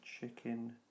chicken